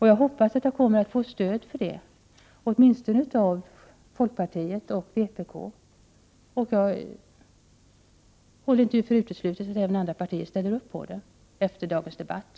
Jag hoppas att jag kommer att få stöd för det här, åtminstone av folkpartiet och vpk. Inte heller håller jag för uteslutet att efter dagens debatt även andra partier ställer upp.